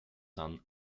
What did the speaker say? son